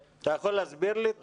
אתה יכול להסביר לי?